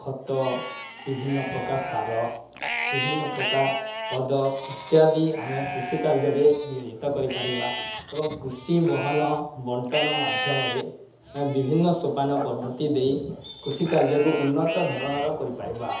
ଖତ ବିଭିନ୍ନ ପ୍ରକାର ସାର ବିଭିନ୍ନ ପ୍ରକାର ଇତ୍ୟାଦି ଆମେ କୃଷି କାର୍ଯ୍ୟରେ ନିୟୋଜିତ କରିପାରିବା ଏବଂ କୃଷି ବହନ ବଣ୍ଟନ ମାଧ୍ୟମରେ ଆମେ ବିଭିନ୍ନ ସୋପାନ ପଦ୍ଧତି ଦେଇ କୃଷି କାର୍ଯ୍ୟକୁ ଉନ୍ନତ ଧରଣର କରିପାରିବା